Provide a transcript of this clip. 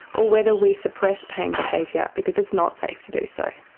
or whether we suppress pain behaviour because it's not safe to do so.